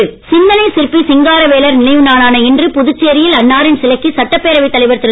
சிங்காரவேலர் சிந்தனைச் சிற்பி சிங்காரவேலர் நினைவு நாளான இன்று புதுச்சேரியில் அன்னாரின் சிலைக்கு சட்டப்பேரவைத் தலைவர் திரு